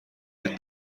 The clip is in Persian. این